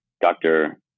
doctor